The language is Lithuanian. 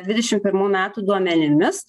dvidešim pirmų metų duomenimis